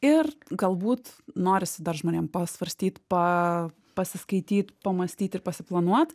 ir galbūt norisi dar žmonėm pasvarstyt pa pasiskaityt pamąstyt ir pasiplanuot